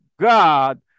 God